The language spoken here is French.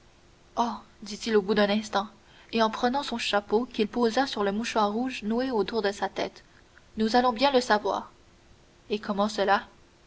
dit-il au bout d'un instant et en prenant son chapeau qu'il posa sur le mouchoir rouge noué autour de sa tête nous allons bien le savoir et comment cela